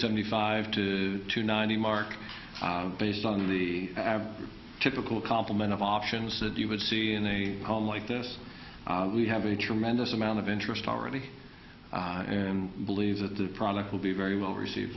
seventy five to two ninety mark based on the ab typical compliment of options that you would see in a home like this we have a tremendous amount of interest already and believe that the product will be very well received